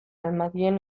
almadien